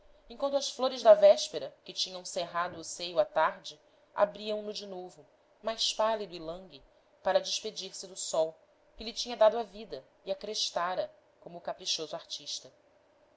enquanto as flores da véspera que tinham cerrado o seio à tarde abriam no de novo mais pálido e langue para despedir-se do sol que lhe tinha dado a vida e a crestara como o caprichoso artista